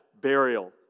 burial